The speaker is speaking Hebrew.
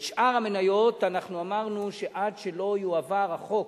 את שאר המניות אמרנו שעד שלא יועבר החוק,